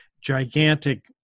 gigantic